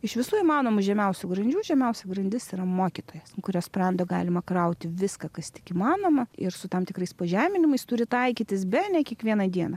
iš visų įmanomų žemiausių grandžių žemiausia grandis yra mokytojas ant kurio sprando galima krauti viską kas tik įmanoma ir su tam tikrais pažeminimais turi taikytis bene kiekvieną dieną